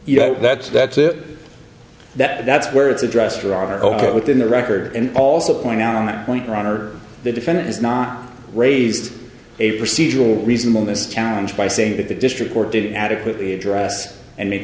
it that's that's it that that's where it's addressed or are within the record and also point out on that point runner the defendant has not raised a procedural reasonableness challenge by saying that the district court didn't adequately address and make